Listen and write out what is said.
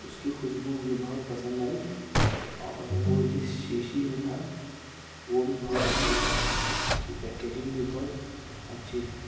اس کی خوشبو مجھے بہت پسند آئی اور وہ جس شیشی میں تھا وہ بھی بہت اچھی تھی اس کی پیکیجنگ بھی بہت اچھی تھی